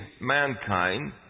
mankind